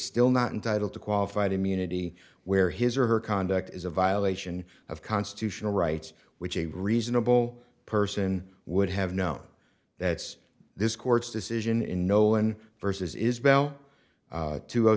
still not entitled to qualified immunity where his or her conduct is a violation of constitutional rights which is a reasonable person would have known that's this court's decision in nolan versus isabel